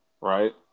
Right